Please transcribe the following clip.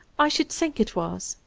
i should think it was,